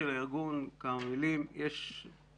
כמה מילים לגבי נושא של הארגון.